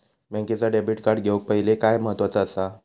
बँकेचा debit card घेउक पाहिले काय महत्वाचा असा?